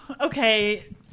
okay